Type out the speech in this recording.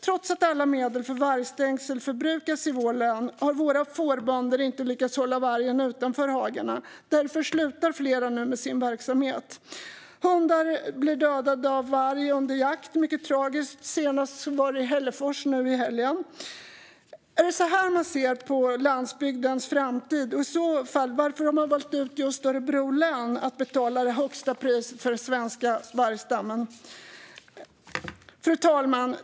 Trots att alla medel för vargstängsel förbrukas i vårt län har våra fårbönder inte lyckats hålla vargen utanför hagarna. Därför slutar flera nu med sin verksamhet. Hundar blir dödade av varg under jakt. Det är mycket tragiskt. Senast hände det nu i helgen i Hällefors. Är det så här man ser på landsbygdens framtid? I så fall: Varför har man valt ut just Örebro län att betala det högsta priset för den svenska vargstammen? Fru talman!